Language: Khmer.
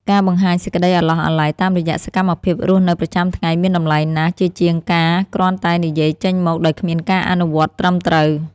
ការបង្ហាញសេចក្តីអាឡោះអាល័យតាមរយៈសកម្មភាពរស់នៅប្រចាំថ្ងៃមានតម្លៃណាស់ជាជាងការគ្រាន់តែនិយាយចេញមកដោយគ្មានការអនុវត្តត្រឹមត្រូវ។